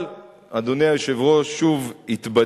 אבל, אדוני היושב-ראש, שוב התבדיתי.